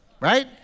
right